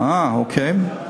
אה, אוקיי.